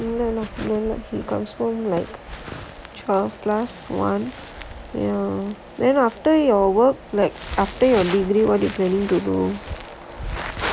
இல்ல:illa lah இல்ல:illa he comes home like twelve plus one ya then after your work like after your degree what you planning to do